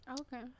Okay